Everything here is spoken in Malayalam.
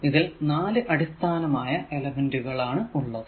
ഇതിൽ നാല് അടിസ്ഥാനമായ എലെമെന്റുകൾ ആണുള്ളത്